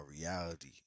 reality